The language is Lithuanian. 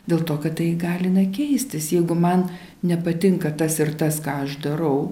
dėl to kad tai įgalina keistis jeigu man nepatinka tas ir tas ką aš darau